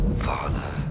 father